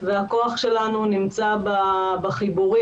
והכוח שלנו נמצא בחיבורים,